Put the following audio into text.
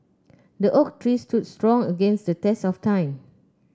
the oak tree stood strong against the test of time